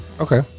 Okay